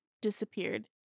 disappeared